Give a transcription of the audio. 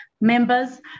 members